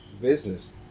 business